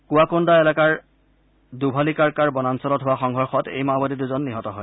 কৱাকোণ্ডা এলেকাৰ দুভালীকাৰ্কাৰ বনাঞ্চলত হোৱা সংঘৰ্ষত এই মাওবাদী দুজন নিহত হয়